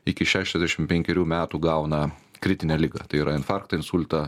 iki šešiasdešim penkerių metų gauna kritinę ligą tai yra infarktą insultą